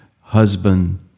husband